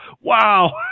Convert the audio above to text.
wow